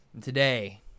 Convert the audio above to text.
Today